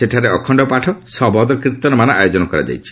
ସେଠାରେ ଅଖଣ୍ଡପାଠ ସବଦ୍ କୀର୍ଭନମାନ ଆୟୋଜନ କରାଯାଇଛି